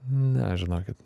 ne žinokit